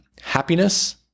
happiness